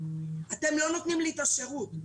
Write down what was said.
אתם לא נותנים לי את השרות.